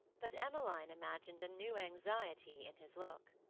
but emmeline imagined a new anxiety in his look.